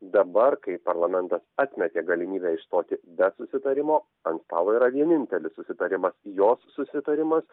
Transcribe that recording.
dabar kai parlamentas atmetė galimybę išstoti be susitarimo ant stalo yra vienintelis susitarimas jos susitarimas